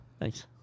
Thanks